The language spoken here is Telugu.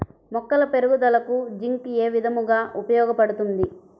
మొక్కల పెరుగుదలకు జింక్ ఏ విధముగా ఉపయోగపడుతుంది?